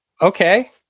Okay